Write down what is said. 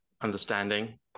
understanding